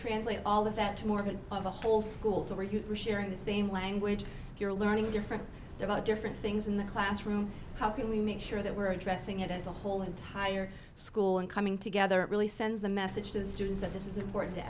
translate all of that to more than of a whole schools where you are sharing the same language you're learning different there are different things in the classroom how can we make sure that we're addressing it as a whole entire school and coming together it really sends the message to the students that this is important to